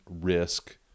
risk